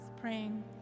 praying